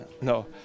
no